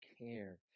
care